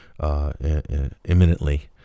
Imminently